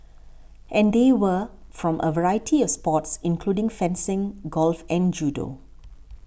and they were from a variety of sports including fencing golf and judo